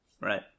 Right